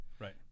Right